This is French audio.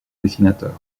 dessinateurs